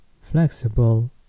flexible